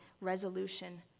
resolution